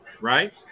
Right